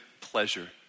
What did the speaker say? pleasure